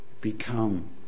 become